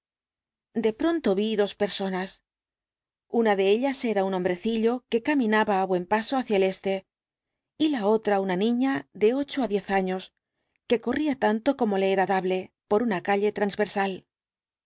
de pronto vi dos personas una de ellas era un hombrecillo que caminaba á buen paso hacia el este y la otra una niña de ocho a diez años que corría tanto como le era dable por una calle transversal